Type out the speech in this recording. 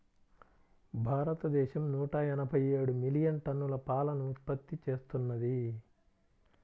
భారతదేశం నూట ఎనభై ఏడు మిలియన్ టన్నుల పాలను ఉత్పత్తి చేస్తున్నది